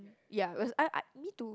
ya because I I need to